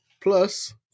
plus